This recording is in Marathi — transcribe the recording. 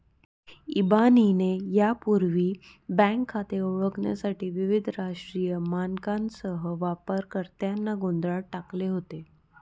इबानीने यापूर्वी बँक खाते ओळखण्यासाठी विविध राष्ट्रीय मानकांसह वापरकर्त्यांना गोंधळात टाकले होते